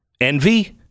envy